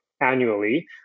annually